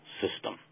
system